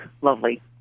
lovely